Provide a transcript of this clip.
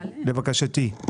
לבקשתי?